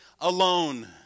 alone